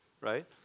right